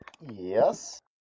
Yes